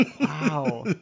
Wow